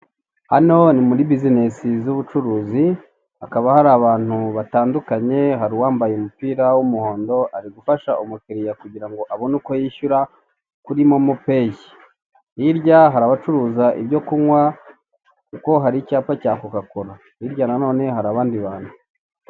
Hano ni muri bizinesi z'ubucuruzi, hakaba hari abantu batandukanye, hari uwambaye umupira w'umuhondo, ari gufasha umukiliya kugira ngo abone uko yishyura, kuri momo peyi. Hirya hari abacururiza ibyo kunywa, kuko hari icyapa cya kokakola hirya nanone hari abandi bantu.